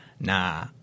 nah